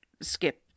skip